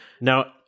Now